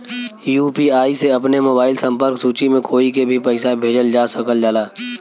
UPI से अपने mobile संपर्क सूची में कोई के भी पइसा भेजल जा सकल जाला